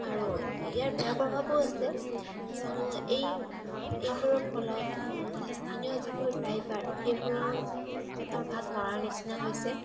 আৰু ইয়াৰ বেয়া প্ৰভাৱো আছে কিয়নো এই এইবোৰৰ ফলত স্থানীয় যিবোৰ ড্ৰাইভাৰ সেইবোৰৰ পেটৰ ভাত মাৰাৰ নিচিনা হৈছে